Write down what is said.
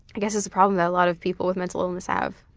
i guess is a problem that a lot of people with mental illness have.